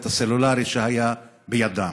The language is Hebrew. את הסלולרי שהיה בידם.